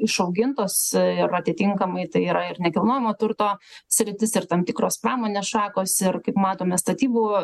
išaugintos ir atitinkamai tai yra ir nekilnojamo turto sritis ir tam tikros pramonės šakos ir kaip matome statybų